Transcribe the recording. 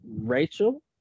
Rachel